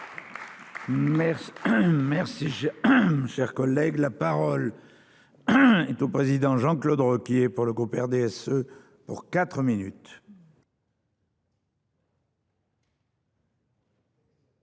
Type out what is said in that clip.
Merci. Cher collègue, la parole. Est au président Jean-Claude Requier pour le groupe RDSE pour 4 minutes.